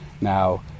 Now